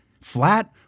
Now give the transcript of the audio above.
flat